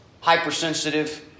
Hypersensitive